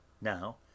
now